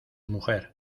mujer